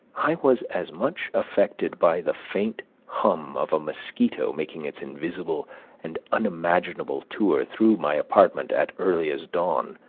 i was as much affected by the faint hum of a mosquito making its invisible and unimaginable tour through my apartment at earliest dawn,